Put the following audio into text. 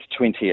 20th